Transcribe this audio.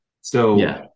So-